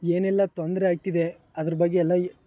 ಏನೆಲ್ಲ ತೊಂದರೆಯಾಗ್ತಿದೆ ಅದ್ರ ಬಗ್ಗೆ ಎಲ್ಲ ಈ